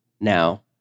now